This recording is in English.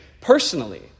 personally